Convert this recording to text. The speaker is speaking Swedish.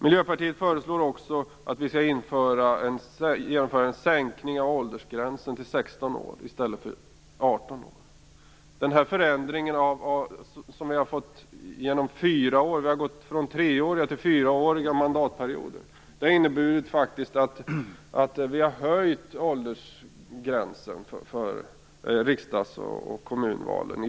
Miljöpartiet föreslår också att vi skall genomföra en sänkning av åldersgränsen för röstberättigade till 16 år i stället för 18 år. Vi har fått en förändring från treåriga till fyraåriga mandatperioder. Det har i praktiken inneburit att vi har höjt åldersgränsen för riksdags och kommunalvalen.